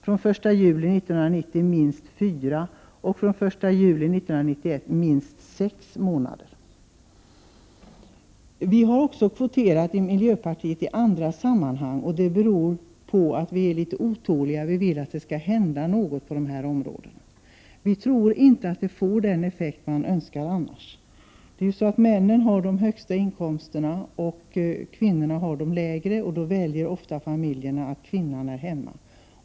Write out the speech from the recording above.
fr.o.m. 1 juli 1990 skall det vara minst fyra månader och fr.o.m. 1 juli 1991 minst sex månader. Miljöpartiet har också velat införa kvotering i andra sammanhang. Det beror på att vi är litet otåliga. Vi vill att det skall hända något på dessa områden. Vi tror inte att man annars får de effekter man önskar. Männen har ofta de högsta inkomsterna, och kvinnorna har de lägsta. Familjerna väljer då ofta att kvinnan skall vara hemma.